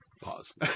pause